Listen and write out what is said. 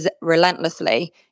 relentlessly